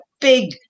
big